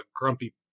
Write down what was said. grumpy